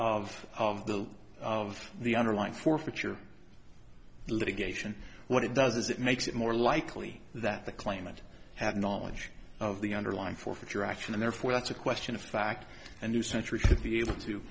of of the of the underlying forfeiture litigation what it does is it makes it more likely that the claimant had knowledge of the underlying forfeiture action and therefore that's a question of fact a new century to be able to